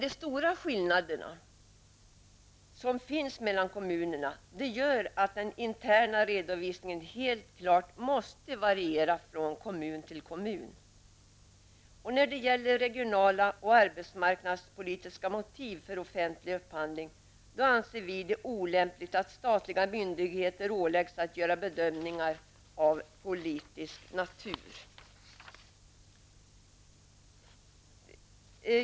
De stora skillnaderna mellan kommunernas ekonomi gör dock att den interna redovisningen måste variera från kommun till kommun. Vad gäller frågan om regionala och arbetsmarknadspolitiska motiv för offentlig upphandling anser vi det olämpligt att statliga myndigheter åläggs att göra bedömningar av politisk natur.